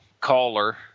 caller